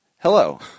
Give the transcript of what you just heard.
Hello